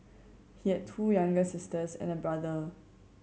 he had two younger sisters and a brother